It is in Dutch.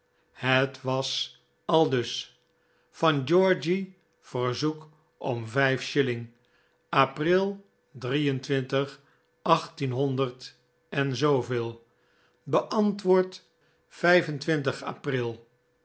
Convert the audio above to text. het was aid us vangeorgy verzoek om vijf shilling april achttienhonderd en zooveel beantwoord april